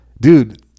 dude